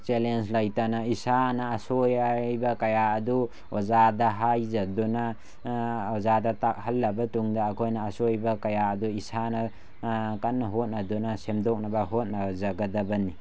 challenge ꯂꯩꯇꯅ ꯏꯁꯥꯅ ꯑꯁꯣꯏ ꯑꯔꯩꯕ ꯀꯌꯥ ꯑꯗꯨ ꯑꯣꯖꯥꯗ ꯍꯥꯏꯖꯗꯨꯅ ꯑꯣꯖꯥꯗ ꯇꯥꯛꯍꯜꯂꯕ ꯇꯨꯡꯗ ꯑꯩꯈꯣꯏꯅ ꯑꯁꯣꯏꯕ ꯀꯌꯥ ꯑꯗꯨ ꯏꯁꯥꯅ ꯀꯟꯅ ꯍꯣꯠꯅꯗꯨꯅ ꯁꯦꯝꯗꯣꯛꯅꯕ ꯍꯣꯠꯅꯖꯒꯗꯕꯅꯤ